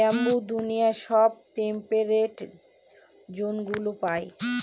bamboo দুনিয়ার সব temperate জোনগুলা পায়